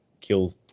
kill